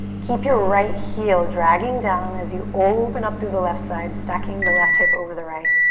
keep your right heel dragging down as you open up through the left side, stacking the left hip over the right.